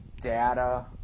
data